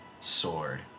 sword